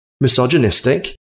misogynistic